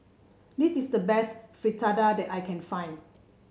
this is the best Fritada that I can find